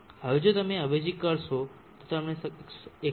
હવે જો તમે અવેજી કરશો તો તમને 127